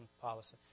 policy